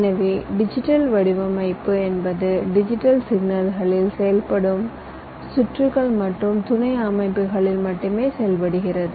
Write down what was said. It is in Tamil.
எனவே டிஜிட்டல் வடிவமைப்பு என்பது டிஜிட்டல் சிக்னல்களில் செயல்படும் சுற்றுகள் மற்றும் துணை அமைப்புகளில் மட்டுமே செயல்படுகிறது